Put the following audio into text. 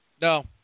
No